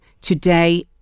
today